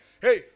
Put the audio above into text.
Hey